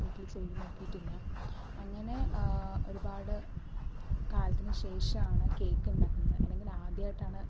വീട്ടിൽ ചെയ്ത് നോക്കിയിട്ടില്ല അങ്ങനെ ഒരുപാട് കാലത്തിന് ശേഷമാണ് കേക്ക് ഉണ്ടാകുന്നത് അല്ലെങ്കിൽ ആദ്യായിട്ടാണ്